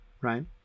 right